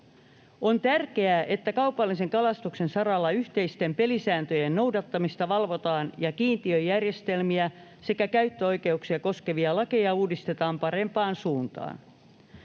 On tärkeää, että kaupallisen kalastuksen saralla yhteisten pelisääntöjen noudattamista valvotaan ja kiintiöjärjestelmiä sekä käyttöoikeuksia koskevia lakeja uudistetaan parempaan suuntaan.